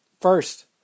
First